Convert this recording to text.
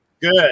Good